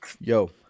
yo